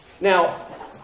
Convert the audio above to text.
Now